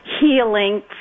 healing